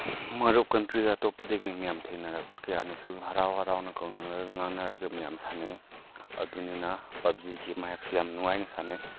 ꯃꯔꯨꯞ ꯀꯟꯇ꯭ꯔꯤ ꯑꯇꯣꯞꯄꯗꯒꯤ ꯃꯌꯥꯝ ꯊꯦꯡꯅꯔꯛꯄ ꯀꯌꯥꯅꯁꯨ ꯍꯔꯥꯎ ꯍꯔꯥꯎꯅ ꯀꯧꯅꯔꯒ ꯉꯥꯡꯅꯔꯒꯅꯤ ꯃꯌꯥꯝ ꯁꯥꯟꯅꯩꯌꯦ ꯑꯗꯨꯅꯨꯅ ꯄꯞꯖꯤꯒꯤ ꯃꯌꯥꯛꯁꯦ ꯌꯥꯝ ꯅꯨꯡꯉꯥꯏꯅ ꯁꯥꯟꯅꯩ